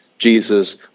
Jesus